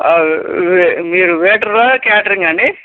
మీరు waiter catering అండి